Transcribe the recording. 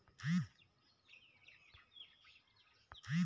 किसानी काम में इस्पेयर कर होवई अउ ओकर उपियोग करई ढेरे जरूरी होथे